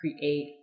create